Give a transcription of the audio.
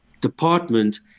department –